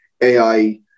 AI